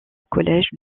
collège